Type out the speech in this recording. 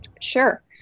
Sure